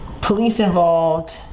police-involved